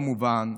כמובן.